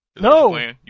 No